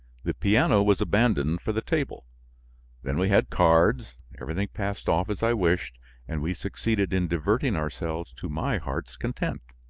the piano was abandoned for the table then we had cards everything passed off as i wished and we succeeded in diverting ourselves to my heart's content.